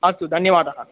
अस्तु धन्यवादः